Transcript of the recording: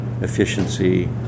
efficiency